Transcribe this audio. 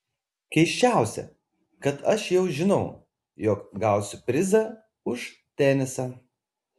keisčiausia kad aš jau žinau jog gausiu prizą už tenisą